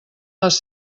les